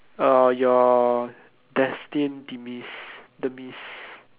or your destined demise demise